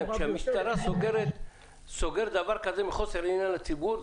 כשהמשטרה סוגרת דבר כזה מחוסר עניין לציבור,